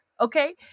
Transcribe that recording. Okay